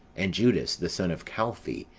and judas, the son of calphi,